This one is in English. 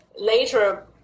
later